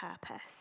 purpose